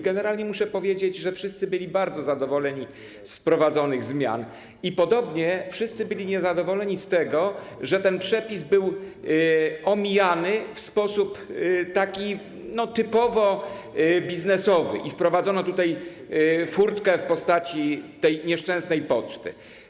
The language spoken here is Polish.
Generalnie muszę powiedzieć, że wszyscy byli bardzo zadowoleni z wprowadzonych zmian i podobnie wszyscy byli niezadowoleni z tego, że ten przepis był omijany w sposób taki typowo biznesowy - że wprowadzono tutaj furtkę w postaci tej nieszczęsnej poczty.